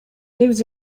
lives